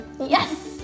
Yes